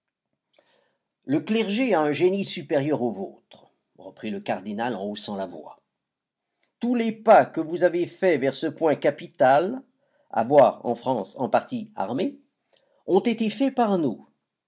le clergé a un génie supérieur au vôtre reprit le cardinal en haussant la voix tous les pas que vous avez faits vers ce point capital avoir en france un parti armé ont été faits par nous